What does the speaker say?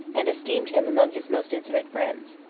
and esteemed him among his most intimate friends.